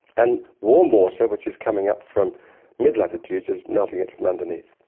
and warm water which is coming up from mid-latitudes is melting it from underneath.